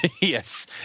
Yes